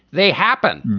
they happen.